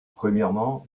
premièrement